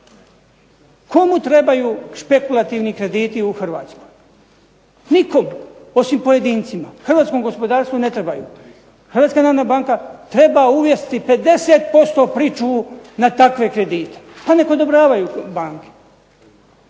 Komu trebaju špekulativni krediti u Hrvatskoj? Nikom, osim pojedincima. Hrvatskom gospodarstvu ne trebaju. Hrvatska narodna banka treba uvesti 50% pričuvu na takve kredite, pa neka odobravaju banke.